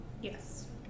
Yes